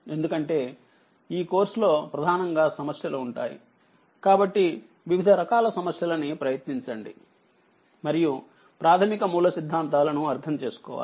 ఎందుకంటే ఈ కోర్స్ లో ప్రధానంగా సమస్యలు ఉంటాయి కాబట్టి వివిధ రకాల సమస్యలని ప్రయత్నించండి మరియు ప్రాథమిక మూల సిద్దాంతాలను అర్ధం చేసుకోవాలి